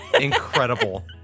Incredible